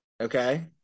Okay